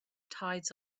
tides